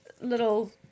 little